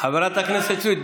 חברת הכנסת סויד,